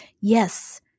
Yes